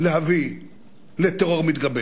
להביא לטרור מתגבר,